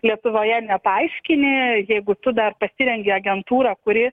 lietuvoje nepaaiškini jeigu tu dar pasirenki agentūrą kuri